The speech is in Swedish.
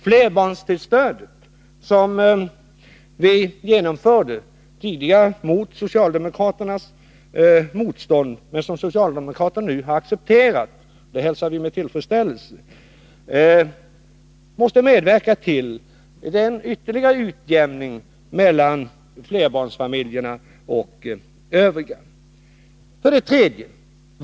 Flerbarnsstödet, som vi genomförde mot socialdemokraternas motstånd men som socialdemokraterna nu accepterat — det hälsar vi med tillfredsställelse —, skall medverka till en ytterligare utjämning mellan flerbarnsfamiljer och övriga.